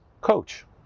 coach